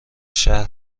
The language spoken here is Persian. شهر